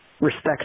respect